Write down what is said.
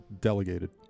delegated